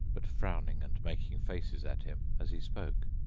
but frowning and making faces at him as he spoke.